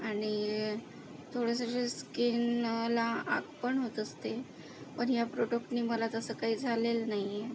आणि थोडंसं जे स्किनला आग पण होत असते पण या प्रोडक्टनी मला तसं काय झालेलं नाही आहे